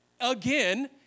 again